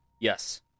yes